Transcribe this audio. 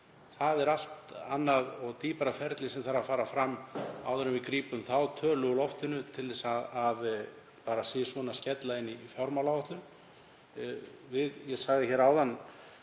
Það er allt annað og dýpra ferli sem þarf að fara fram áður en við grípum þá tölu úr loftinu til að skella sisvona inn í fjármálaáætlun. Ég sagði hér áðan,